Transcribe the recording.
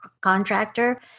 contractor